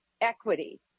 equity